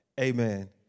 amen